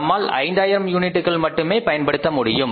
நம்மால் 5000 யூனிட்டுகள் மட்டுமே பயன்படுத்த முடியும்